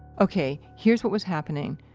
ok, here's what was happening.